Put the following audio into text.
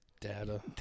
Data